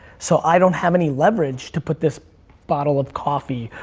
so i don't have any leverage to put this bottle of coffee,